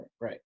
Right